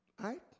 Right